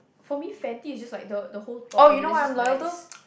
for me fatty is just like the the whole thought of it that's just nice